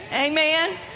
Amen